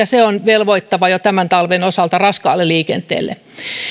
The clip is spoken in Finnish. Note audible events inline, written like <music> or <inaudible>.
<unintelligible> se on velvoittavaa jo tämän talven osalta raskaalle liikenteelle